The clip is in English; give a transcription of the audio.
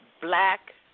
black